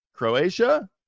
croatia